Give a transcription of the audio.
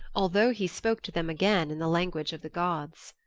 although he spoke to them again in the language of the gods.